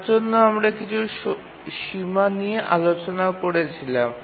তার জন্য আমরা কিছু সীমা নিয়ে আলোচনা করছিলাম